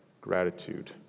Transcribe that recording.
gratitude